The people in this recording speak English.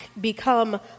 become